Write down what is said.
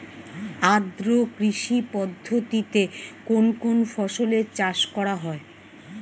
আদ্র কৃষি পদ্ধতিতে কোন কোন ফসলের চাষ করা হয়?